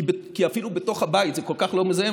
כי אפילו בתוך הבית זה כל כך לא מזהם,